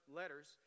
letters